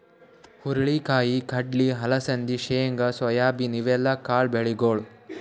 ಹುರಳಿ ಕಾಯಿ, ಕಡ್ಲಿ, ಅಲಸಂದಿ, ಶೇಂಗಾ, ಸೋಯಾಬೀನ್ ಇವೆಲ್ಲ ಕಾಳ್ ಬೆಳಿಗೊಳ್